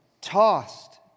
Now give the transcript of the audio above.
tossed